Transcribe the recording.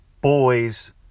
boys